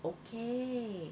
okay